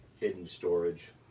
hidden storage.